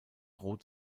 rot